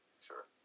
Sure